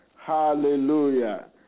hallelujah